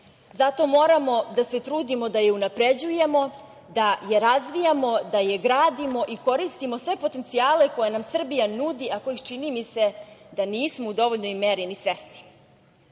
Zato moramo da se trudimo da je unapređujemo, da je razvijamo, da je gradimo i koristimo sve potencije koje nam Srbija nudi, a koje čini mi se, da nismo u dovoljnoj meri ni